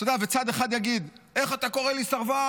אתה יודע, צד אחד יגיד: איך אתה קורא לי סרבן?